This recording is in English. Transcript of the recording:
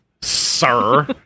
sir